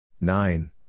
Nine